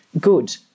good